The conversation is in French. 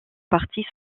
partie